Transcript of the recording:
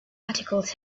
articles